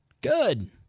Good